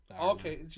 okay